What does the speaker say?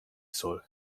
soll